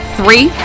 three